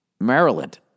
Maryland